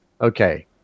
Okay